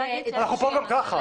אנחנו פה גם כך.